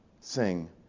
sing